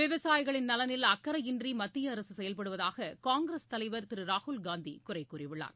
விவசாயிகளின் நலனில் அக்கறையின்றி மத்திய அரசு செயல்படுவதாக காங்கிரஸ தலைவர் திரு ராகுல்காந்தி குறைகூறியுள்ளார